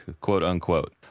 quote-unquote